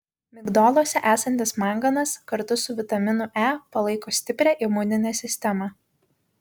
migdoluose esantis manganas kartu su vitaminu e palaiko stiprią imuninę sistemą